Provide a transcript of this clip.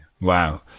Wow